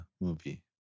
movie